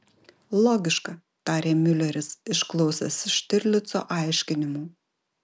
logiška tarė miuleris išklausęs štirlico aiškinimų